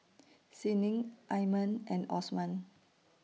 Senin Iman and Osman